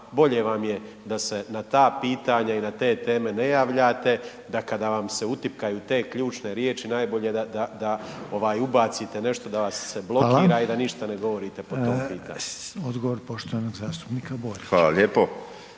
bolje vam je da se na ta pitanja i na te teme ne javljate, da kada vam se utipkaju te ključne riječi, najbolje da ubacite nešto da vas se blokira i da ništa ne govorite po tom pitanju. **Reiner, Željko (HDZ)** Hvala.